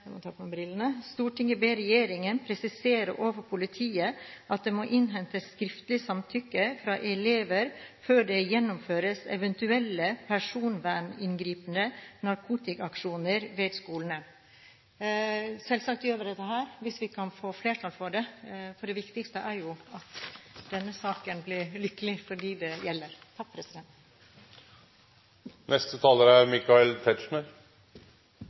ber regjeringen presisere overfor politiet at det må innhentes skriftlig samtykke fra elever før det gjennomføres eventuelle personverninngripende narkotikaaksjoner ved skolene.» Selvsagt gjør vi dette hvis vi kan få flertall for det. Det viktigste er at denne saken ender lykkelig for dem det gjelder. Jeg la inn i mitt innlegg, i en sak hvor det ellers er